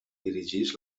dirigeix